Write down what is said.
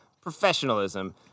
professionalism